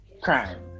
Crime